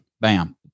Bam